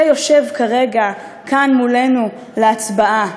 שיושב כרגע כאן מולנו להצבעה,